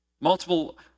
Multiple